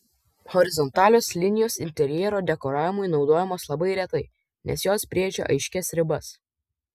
horizontalios linijos interjero dekoravimui naudojamos labai retai nes jos brėžia aiškias ribas